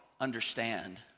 understand